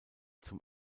zum